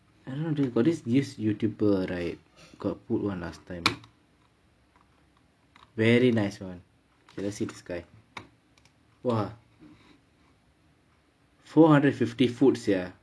I don't know got this YouTuber right got put one last time very nice one okay let's see this guy !wah! four hundred fifty foot sia